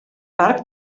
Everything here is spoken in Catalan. parc